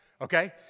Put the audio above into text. okay